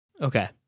Okay